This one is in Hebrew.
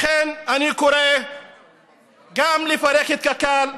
לכן אני קורא גם לפרק את קק"ל,